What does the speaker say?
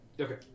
Okay